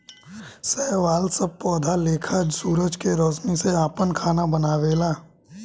शैवाल सब पौधा लेखा सूरज के रौशनी से आपन खाना बनावेला